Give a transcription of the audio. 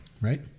right